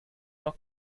noch